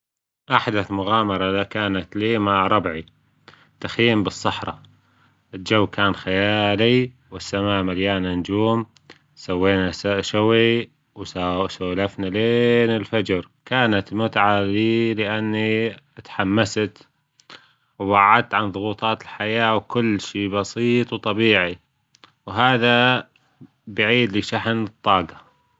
أحدث مغامرة اذا كانت لي مع ربعي، تخييم بالصحراء الجو كان خيالي والسماء مليانة نجوم، سوينا شوي وسولفنا لين الفجر، كانت متعة بي لأني تحمست وبعدت عن ضغوطات الحياة وكل شي بسيط وطبيعي وهذا بيعيد لي شحن الطاقة.